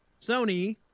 Sony